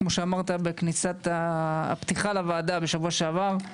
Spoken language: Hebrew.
כפי שאמרת בישיבת הפתיחה של הוועדה בשבוע שעבר.